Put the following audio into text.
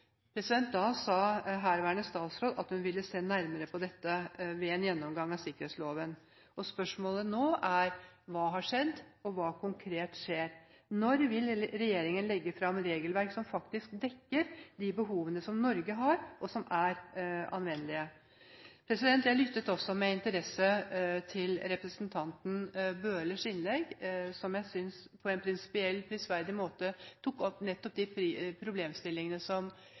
Da sa herværende statsråd at hun ville se nærmere på dette ved en gjennomgang av sikkerhetsloven. Så spørsmålet nå er: Hva har skjedd, og hva konkret skjer? Når vil regjeringen legge fram regelverk som faktisk dekker de behovene som Norge har, og som er anvendelige? Jeg lyttet også med interesse til representanten Bøhlers innlegg, som jeg synes på en prinsipiell og prisverdig måte tok opp nettopp de problemstillingene